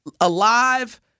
Alive